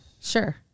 Sure